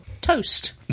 Toast